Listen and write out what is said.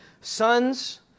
sons